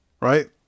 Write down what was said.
right